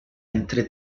entre